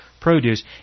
produce